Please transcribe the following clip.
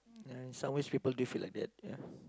ya in some ways people do feel like that ya